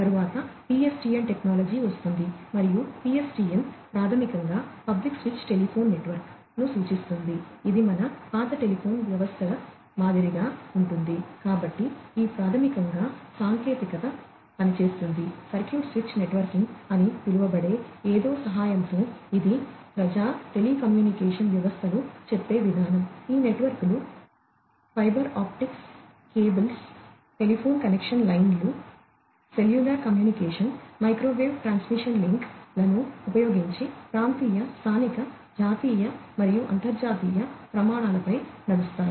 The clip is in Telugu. తరువాత PSTN టెక్నాలజీ వస్తుంది మరియు PSTN ప్రాథమికంగా పబ్లిక్ స్విచ్డ్ టెలిఫోన్ నెట్వర్క్ లను ఉపయోగించి ప్రాంతీయ స్థానిక జాతీయ మరియు అంతర్జాతీయ ప్రమాణాలపై నడుస్తాయి